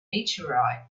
meteorite